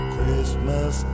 Christmas